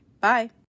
Bye